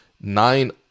nine